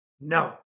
No